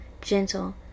gentle